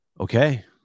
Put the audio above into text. Okay